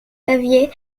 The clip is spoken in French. xavier